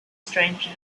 stranger